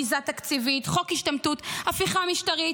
ביזה תקציבית, חוק השתמטות, הפיכה משטרית.